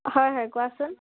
হয় হয় কোৱাচোন